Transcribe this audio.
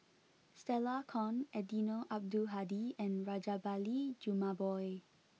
Stella Kon Eddino Abdul Hadi and Rajabali Jumabhoy